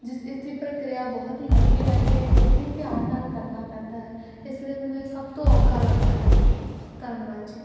ਜਿਸ ਇਸਦੀ ਪ੍ਰਕਿਰਿਆ ਬਹੁਤ ਹੀ ਲੰਬੀ ਹੈ ਅਤੇ ਬਹੁਤ ਹੀ ਧਿਆਨ ਨਾਲ ਕਰਨਾ ਪੈਂਦਾ ਹੈ ਇਸ ਲਈ ਮੈਨੂੰ ਇਹ ਸਭ ਤੋਂ ਔਖਾ ਲੱਗਦਾ ਹੈ ਧੰਨਵਾਦ ਜੀ